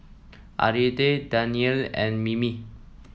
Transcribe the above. Aida Danielle and Mimi